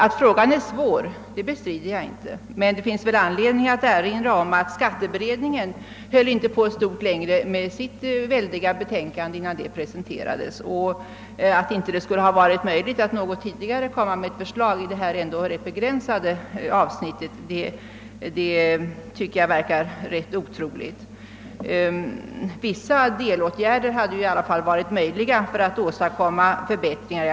Att frågan är svår bestrider jag inte. Det finns dock anledning att erinra om att skatteberedningen inte höll på stort längre med sitt väldiga betänkande innan det presenterades. Att det inte skulle ha varit möjligt att något tidigare framlägga ett förslag inom detta rätt begränsade avsnitt verkar föga troligt. Det hade också varit möjligt att vidta vissa delåtgärder för att åstadkomma förbättringar.